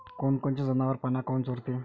कोनकोनचे जनावरं पाना काऊन चोरते?